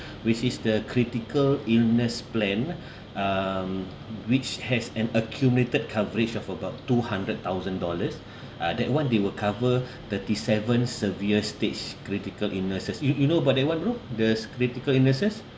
which is the critical illness plan um which has an accumulated coverage of about two hundred thousand dollars uh that one they will cover thirty seven severe states critical illnesses you you know about that [one] bro the critical illnesses